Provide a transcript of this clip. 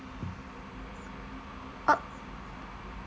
uh